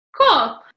Cool